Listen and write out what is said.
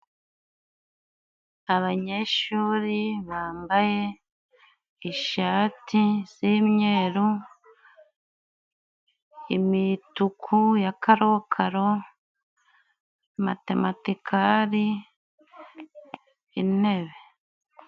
Abanyeshuri bambaye ishati z'imyeru, imituku ya karokaro, matematikari, intebe.